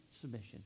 submission